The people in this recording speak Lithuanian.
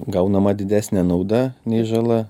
gaunama didesnė nauda nei žala